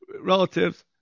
relatives